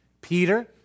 Peter